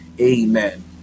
Amen